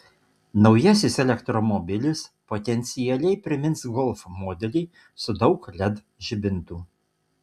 naujasis elektromobilis potencialiai primins golf modelį su daug led žibintų